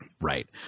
Right